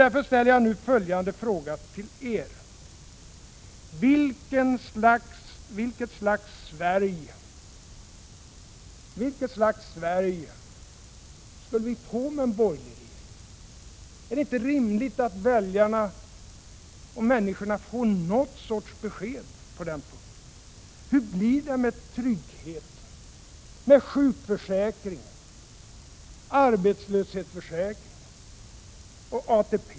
Därför ställer jag nu följande fråga till er: Vilket slags Sverige skulle vi få med en borgerlig regering? Är det inte rimligt att väljarna får någon sorts besked på den punkten? Hur blir det med tryggheten, sjukförsäkringen, arbetslöshetsförsäkringen och ATP?